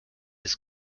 his